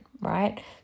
right